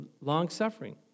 long-suffering